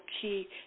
Key